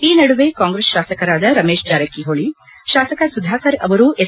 ಈ ನಡುವೆ ಕಾಂಗ್ರೆಸ್ ತಾಸಕರಾದ ರಮೇಶ್ ಜಾರಕಿಹೊಳೆ ಶಾಸಕ ಸುಧಾಕರ್ ಅವರೂ ಎಸ್